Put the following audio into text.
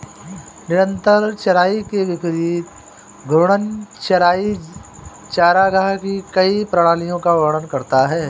निरंतर चराई के विपरीत घूर्णन चराई चरागाह की कई प्रणालियों का वर्णन करता है